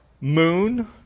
moon